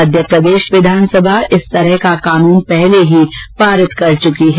मध्यप्रदेश विधानसभा इस तरह का कानून पहले ही पास कर चुका है